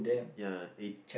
ya it